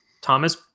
Thomas